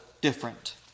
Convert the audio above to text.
different